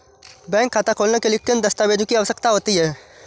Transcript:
Bank खाता खोलने के लिए किन दस्तावेजों की आवश्यकता होती है?